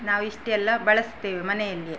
ನಾವು ಇಷ್ಟೆಲ್ಲ ಬಳಸುತ್ತೇವೆ ಮನೆಯಲ್ಲಿಯೇ